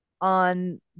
on